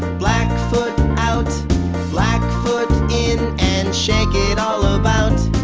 black foot, out black foot in and shake it all about.